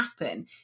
happen